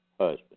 husband